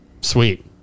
sweet